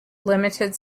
limited